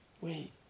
wait